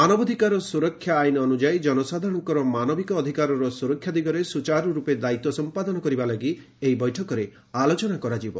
ମାନବାଧିକାର ସୁରକ୍ଷା ଆଇନ୍ ଅନୁଯାୟୀ ଜନସାଧାରଣଙ୍କ ମାନବିକ ଅଧିକାରର ସୁରକ୍ଷା ଦିଗରେ ସୂଚାରୁରୂପେ ଦାୟିତ୍ୱ ସମ୍ପାଦନ କରିବା ଲାଗି ଏହି ବୈଠକରେ ଆଲୋଚନା କରାଯିବ